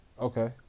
Okay